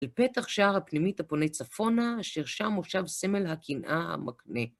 לפתח שער הפנימית הפונה צפונה, אשר שם מושב סמל הקנאה המקנה.